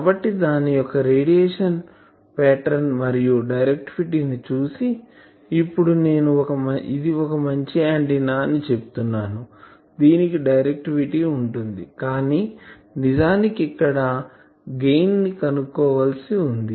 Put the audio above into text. కాబట్టి దాని యొక్క రేడియేషన్ పాటర్న్ మరియు డైరెక్టివిటీ ని చూసి ఇప్పుడు నేను ఇది ఒక మంచి ఆంటిన్నా అని చెప్తున్నాను దీనికి డైరెక్టివిటీ వుంది కానీ నిజానికి ఇక్కడ గెయిన్ ని కనుక్కోవలిసివుంది